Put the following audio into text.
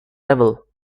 level